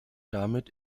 damit